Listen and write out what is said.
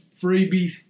freebies